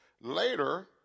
Later